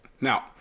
Now